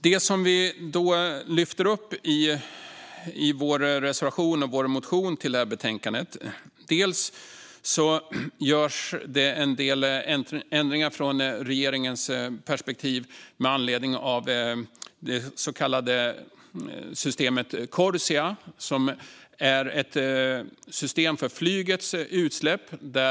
Det vi lyfter upp i vår reservation och vår motion i betänkandet handlar om att regeringen gör några ändringar med anledning av det system som kallas Corsia, som är ett system för flygets utsläpp.